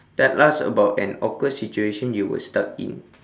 tell us about an awkward situation you were stuck in